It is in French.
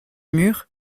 mur